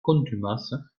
contumace